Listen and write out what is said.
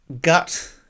gut